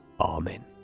Amen